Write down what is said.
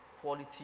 Quality